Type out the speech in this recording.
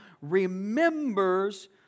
remembers